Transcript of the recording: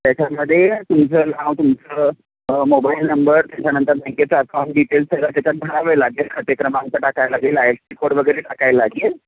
त्याच्यामध्ये तुमचं नाव तुमचं मोबाईल नंबर त्याच्यानंतर बँकेचं अकाउंट डिटेल्स सगळं त्याच्यात भरावे लागेल खाते क्रमांक टाकायला लागेल आहे कोड वगैरे टाकायला लागेल